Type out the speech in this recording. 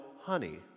honey